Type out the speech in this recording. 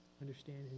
understand